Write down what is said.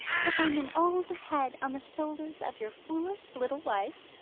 to find an old head on the shoulders of your foolish little wife.